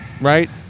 right